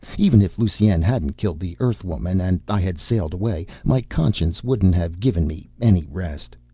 even if lusine hadn't killed the earthwoman and i had sailed away, my conscience wouldn't have given me any rest.